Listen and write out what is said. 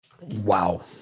Wow